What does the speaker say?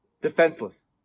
defenseless